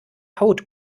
haut